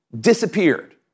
disappeared